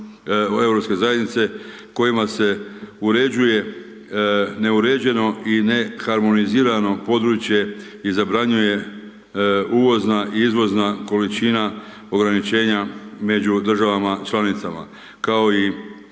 kojima se uređuje neuređeno i ne harmonizirano područje i zabranjuje uvozna i izvozna količina ograničenja među državama članicama, kao i